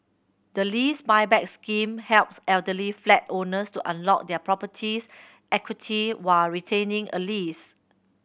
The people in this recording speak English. the Lease Buyback Scheme helps elderly flat owners to unlock their property's equity while retaining a lease